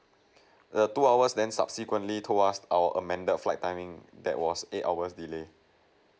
two hours then subsequently told us our amended flight timing that was eight hours delay